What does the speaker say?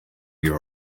you